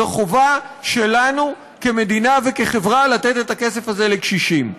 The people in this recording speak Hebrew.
זו חובה שלנו כמדינה וכחברה לתת את הכסף הזה לקשישים.